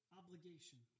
obligation